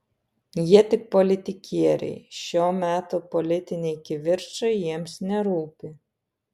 jie tik politikieriai šio meto politiniai kivirčai jiems nerūpi